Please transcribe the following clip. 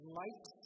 light